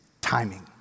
timing